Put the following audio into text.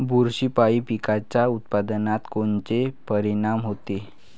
बुरशीपायी पिकाच्या उत्पादनात कोनचे परीनाम होते?